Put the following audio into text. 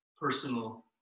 personal